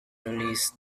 released